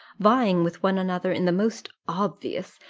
vying with one another in the most obvious,